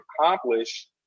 accomplish